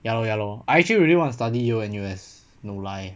ya lor ya lor I actually really want to study yale N_U_S no life